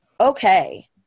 Okay